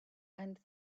and